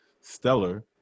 stellar